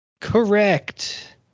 Correct